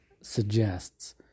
suggests